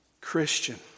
Christian